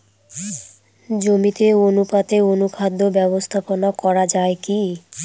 জমিতে অনুপাতে অনুখাদ্য ব্যবস্থাপনা করা য়ায় কি?